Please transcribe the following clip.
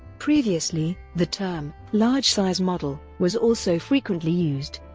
previously, the term large size model was also frequently used.